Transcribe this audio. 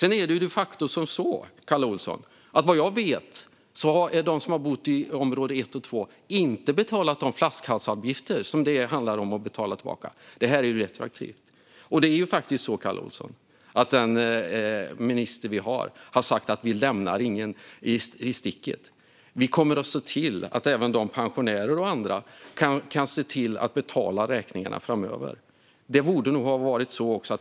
Det är de facto så, Kalle Olsson, att vad jag vet har de som bor i område 1 och 2 inte betalat de flaskhalsavgifter som det handlar om att betala tillbaka. Det här är retroaktivt. Den minister vi har, Kalle Olsson, har sagt att vi inte lämnar någon i sticket. Vi kommer att se till att även pensionärer och andra kan betala räkningarna framöver. Det borde